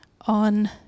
on